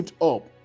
up